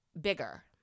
Bigger